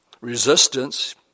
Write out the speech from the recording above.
resistance